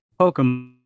Pokemon